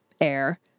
air